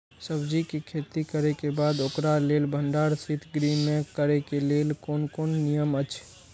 सब्जीके खेती करे के बाद ओकरा लेल भण्डार शित गृह में करे के लेल कोन कोन नियम अछि?